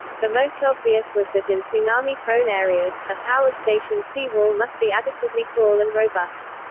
the most obvious was that in tsunami-prone areas, a power station's sea wall must be adequately tall and robust.